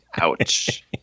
Ouch